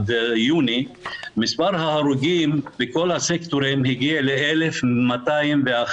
מספר ההרוגים בכל הסקטורים הגיע ל-1,211,